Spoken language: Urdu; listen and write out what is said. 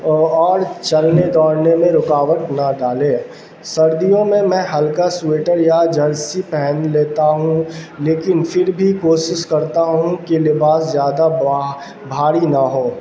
اور چلنے دوڑنے میں رکاوٹ نہ ڈالے سردیوں میں میں ہلکا سویٹر یا جرسی پہن لیتا ہوں لیکن پھر بھی کوشش کرتا ہوں کہ لباس زیادہ بھاری نہ ہو